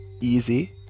easy